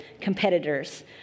competitors